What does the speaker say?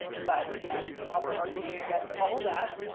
but again, author argues that all of that,